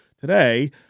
today